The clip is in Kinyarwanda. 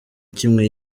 kimwe